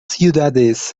ciudades